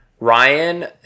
Ryan